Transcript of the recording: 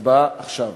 הצבעה עכשיו,